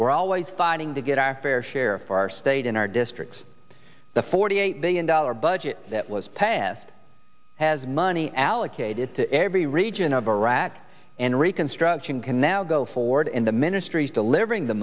were always fighting to get our fair share for our state in our districts the forty eight billion dollar budget that was passed has money allocated to every region of iraq and reconstruction can now go forward in the ministries delivering the